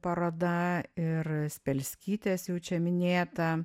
paroda ir spelskytės jau čia minėta